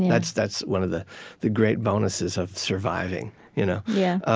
that's that's one of the the great bonuses of surviving you know yeah